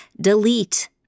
delete